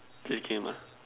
play game ah